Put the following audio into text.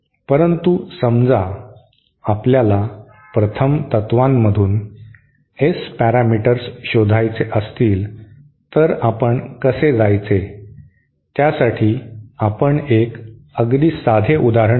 परंतु समजा आपल्याला प्रथम तत्त्वांमधून S पॅरामीटर्स शोधायचे असतील तर आपण कसे जायचे त्यासाठी आपण एक अगदी साधे उदाहरण घेऊ